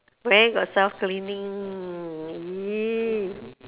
where got self cleaning !ee!